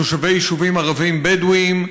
תושבי יישובים ערביים בדואיים.